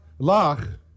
Lach